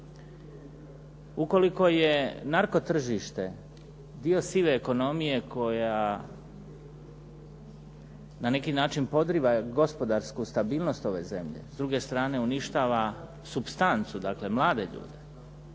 Ukoliko je narko tržište dio sive ekonomije koja na neki način podriva gospodarsku stabilnost ove zemlje, s druge stane uništava supstancu dakle mlade ljude,